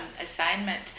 assignment